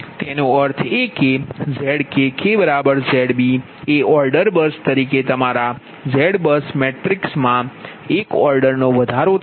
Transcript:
તેનો અર્થ એ કે ZkkZb એ ઓર્ડર બસ તરીકે તમારા ZBUS મેટ્રિક્સમા એક ઓર્ડર નો વધારો થયો છે